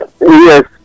yes